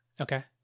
Okay